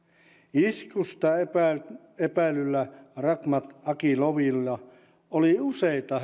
iskusta epäillyllä epäillyllä rahmat akilovilla oli useita